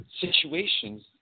situations